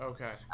Okay